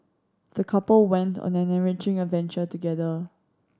the couple went on an enriching adventure together